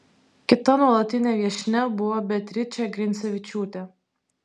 kita nuolatinė viešnia buvo beatričė grincevičiūtė